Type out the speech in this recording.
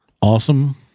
awesome